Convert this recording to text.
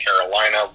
Carolina